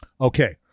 Okay